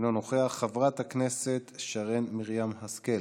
אינו נוכח, חברת הכנסת שרן מרים השכל,